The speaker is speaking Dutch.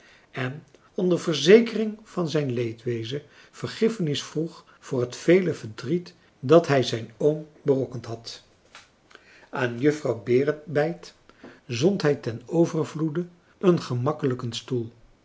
en onder verzekering van zijn leedwezen vergiffenis vroeg voor het vele verdriet dat hij zijn oom berokkend had aan juffrouw berebijt zond hij ten overvloede een gemakkelijken stoel